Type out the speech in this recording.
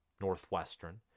Northwestern